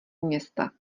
města